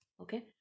Okay